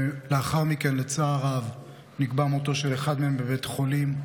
ולאחר מכן נקבע בצער רב מותו של אחד מהם בבית החולים.